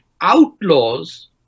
Outlaws